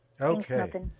Okay